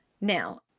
Now